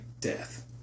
death